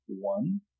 One